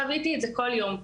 חוויתי את זה כל יום.